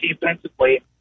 defensively